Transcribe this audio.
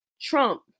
trump